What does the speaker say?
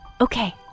Okay